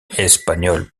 espagnols